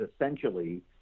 essentially